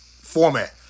format